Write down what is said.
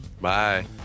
Bye